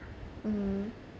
mmhmm